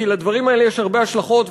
כי לדברים האלה יש הרבה השלכות,